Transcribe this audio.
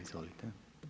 Izvolite.